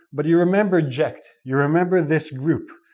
but you remember ject, you remember this group.